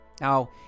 Now